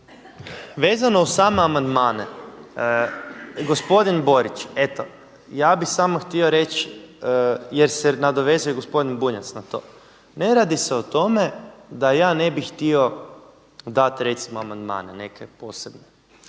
Vezano uz same amandmane, gospodin Borić, eto, ja bih samo htio reći, jer se nadovezuje i gospodin Bunjac na to, ne radi se o tome da ja ne bih htio dati recimo amandmane neke posebne.